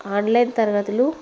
online తరగతులు